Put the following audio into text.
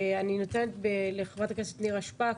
אני נותנת את רשות הדיבור לנירה שפק,